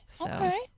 okay